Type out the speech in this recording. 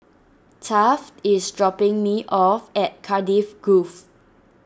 Taft is dropping me off at Cardiff Grove